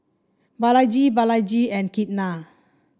Balaji Balaji and Ketna